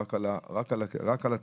רק על התקציב.